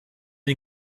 wir